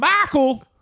Michael